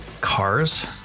cars